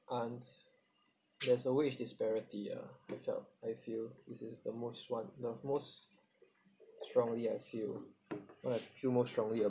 aren't there's a wage disparity ah catch up I feel this is the most [one] the most strongly I feel I like feel more strongly